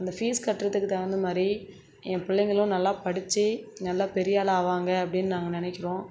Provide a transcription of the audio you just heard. அந்த ஃபீஸ் கட்டுறதுக்கு தகுந்த மாதிரி என் பிள்ளைங்களும் நல்லா படித்து நல்லா பெரியாளா ஆவாங்க அப்படினு நாங்கள் நினைக்குறோம்